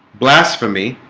blasphemy